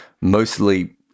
Mostly